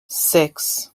six